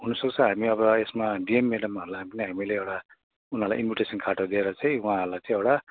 हुन सक्छ हामी अब यसमा डिएम मेडमहरूलाई पनि हामीले एउटा उनीहरूलाई एउटा इनभिटेसन कार्डहरू दिएर चाहिँ उहाँहरूलाई चाहिँ एउटा